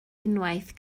unwaith